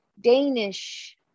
Danish